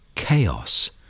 chaos